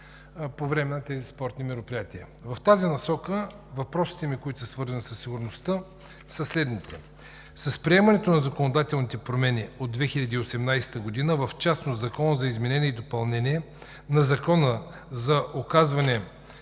по време на тези спортни мероприятия. В тази насока въпросите ми, свързани със сигурността, са следните. С приемането на законодателните промени от 2018 г., в частност в Закона за изменение и допълнение на Закона за опазване